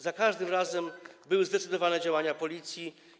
Za każdym razem były zdecydowane działania Policji.